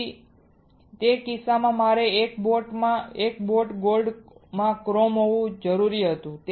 તેથી તે કિસ્સામાં મારે એક બોટ માં એક બોટ ગોલ્ડ માં ક્રોમ હોવું જરૂરી હતું